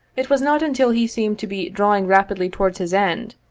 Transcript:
it was not until he seemed to be drawing rapidly towards his end,